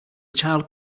child